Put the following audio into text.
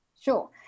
Sure